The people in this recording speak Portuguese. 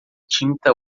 tinta